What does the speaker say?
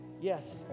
yes